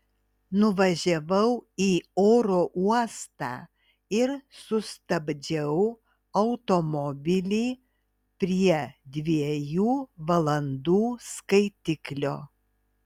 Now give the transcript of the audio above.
nuvažiavau į oro uostą ir sustabdžiau automobilį prie dviejų valandų skaitiklio